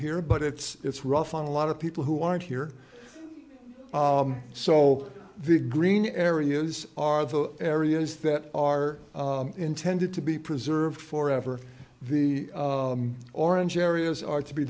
here but it's rough on a lot of people who aren't here so the green areas are the areas that are intended to be preserved forever the orange areas are to be